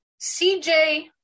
CJ